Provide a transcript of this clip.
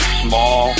small